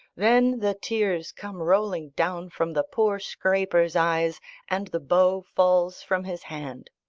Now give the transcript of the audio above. then the tears come rolling down from the poor scraper's eyes and the bow falls from his hand.